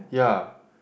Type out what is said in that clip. ya